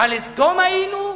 הלסדום היינו?